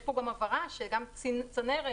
יש פה גם הבהרה שגם צנרת